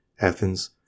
Athens